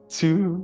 two